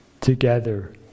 together